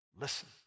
listen